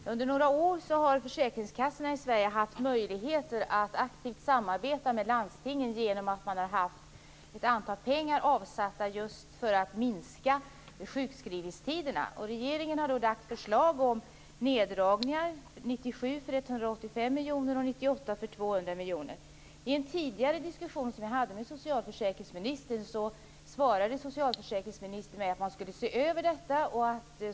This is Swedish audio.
Fru talman! Jag vill ställa en fråga till socialförsäkringsministern. Under några år har försäkringskassorna i Sverige haft möjlighet att aktivt samarbeta med landstingen genom att man har haft en viss summa pengar avsatt just för att minska sjukskrivningstiderna. Regeringen har lagt fram förslag om neddragningar under 1997 200 miljoner kronor. I en tidigare diskussion som jag hade med socialförsäkringsministern svarade socialförsäkringsministern mig att man skulle se över detta.